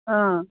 ꯑꯥ